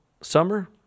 Summer